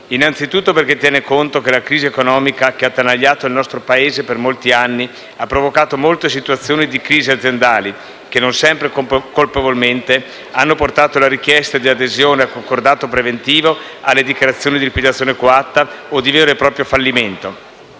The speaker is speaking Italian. Innanzitutto perché tiene conto che la crisi economica che ha attanagliato il nostro Paese per molti anni ha provocato molte situazioni di crisi aziendali che, non sempre colpevolmente, hanno portato alla richiesta di adesione al concordato preventivo, alle dichiarazioni di liquidazione coatta o di vero e proprio fallimento.